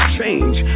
change